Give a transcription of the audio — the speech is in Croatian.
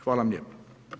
Hvala vam lijepa.